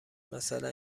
مثلا